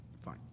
Fine